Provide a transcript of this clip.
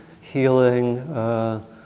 healing